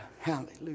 hallelujah